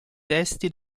testi